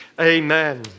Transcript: Amen